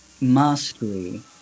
mastery